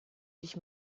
sich